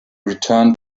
return